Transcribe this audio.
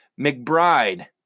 McBride